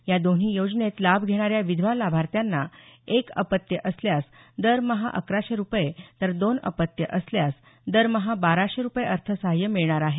या दोन्ही योजनेत लाभ घेणाऱ्या विधवा लाभार्थ्यांना एक अपत्य असल्यास दरमहा अकराशे रुपये तर दोन अपत्यं असल्यास दरमहा बाराशे रुपये अर्थसहाय्य मिळणार आहे